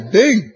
big